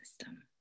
system